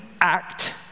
act